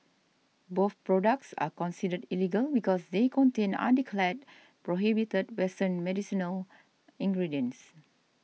both products are considered illegal because they contain undeclared prohibited western medicinal ingredients